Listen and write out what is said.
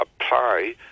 apply